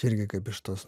čia irgi kaip iš tos